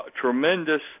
tremendous